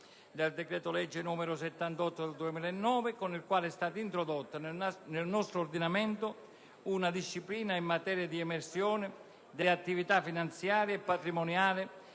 del decreto legge n. 78 del 2009, con il quale è stata introdotta nel nostro ordinamento una disciplina in materia di emersione delle attività finanziarie e patrimoniali